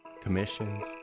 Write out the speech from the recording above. commissions